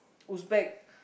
who's back